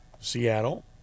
Seattle